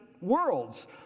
worlds